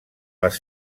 les